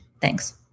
Thanks